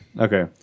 Okay